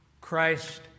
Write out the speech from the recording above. Christ